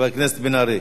חבר הכנסת מיכאל בן-ארי,